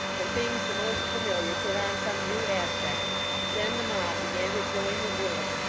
and things the most familiar put on some new aspect then the mob began to join the whirl,